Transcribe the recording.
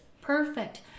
perfect